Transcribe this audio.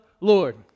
Lord